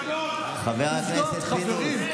חברים.